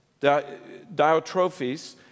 Diotrophes